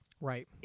Right